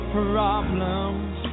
problems